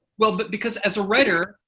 well but because as a writer,